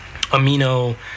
amino